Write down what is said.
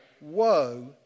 woe